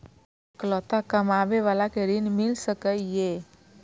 इकलोता कमाबे बाला के ऋण मिल सके ये?